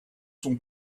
sont